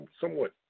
somewhat